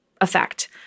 effect